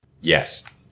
Yes